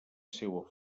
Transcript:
seua